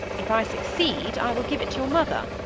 if i succeed i will give it to your mother.